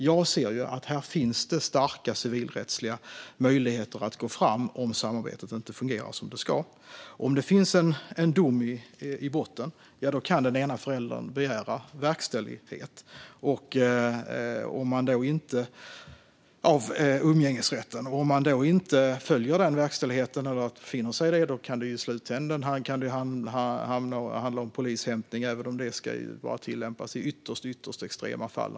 Jag ser att det finns starka civilrättsliga möjligheter att gå fram om samarbetet inte fungerar som det ska. Om det finns en dom i botten kan den ena föräldern begära verkställighet i fråga om umgängesrätten. Om man inte finner sig i detta kan det i slutändan handla om polishämtning, även om det naturligtvis ska tillämpas bara i ytterst extrema fall.